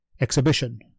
exhibition